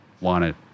wanted